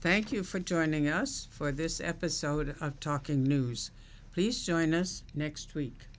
thank you for joining us for this episode of talking news please join us next week